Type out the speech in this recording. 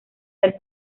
del